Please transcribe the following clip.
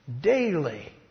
daily